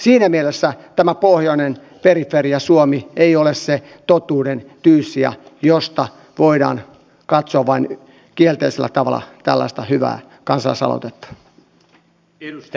siinä mielessä tämä pohjoinen periferia suomi ei ole se totuuden tyyssija josta voidaan katsoa vain kielteisellä tavalla tällaista hyvää kansalaisaloitetta